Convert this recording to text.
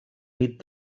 nit